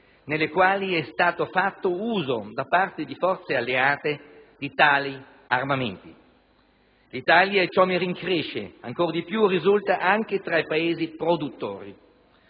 nelle quali è stato fatto uso da parte di forze alleate di tali armamenti. L'Italia, e ciò mi rincresce ancor di più, risulta anche fra i Paesi produttori;